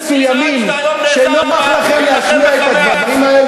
עדיין היה לנו, עם המצרים.